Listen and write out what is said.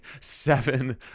seven